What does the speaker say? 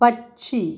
പക്ഷി